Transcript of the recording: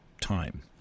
time